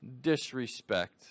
Disrespect